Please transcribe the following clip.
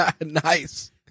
Nice